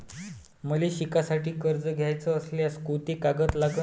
मले शिकासाठी कर्ज घ्याचं असल्यास कोंते कागद लागन?